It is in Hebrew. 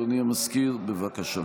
אדוני המזכיר, בבקשה.